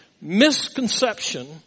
misconception